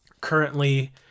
currently